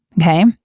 Okay